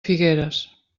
figueres